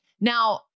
Now